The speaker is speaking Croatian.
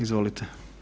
Izvolite.